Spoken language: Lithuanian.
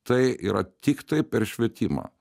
tai yra tiktai per švietimą